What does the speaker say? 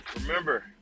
Remember